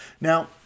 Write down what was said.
Now